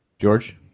George